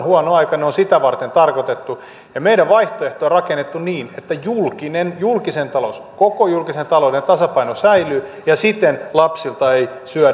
ne on sitä varten tarkoitettu ja meidän vaihtoehtomme on rakennettu niin että koko julkisen talouden tasapaino säilyy ja siten lapsilta ei syödä